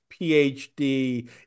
PhD